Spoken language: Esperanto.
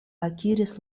akiris